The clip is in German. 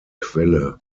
quelle